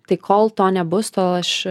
tai kol to nebus tol aš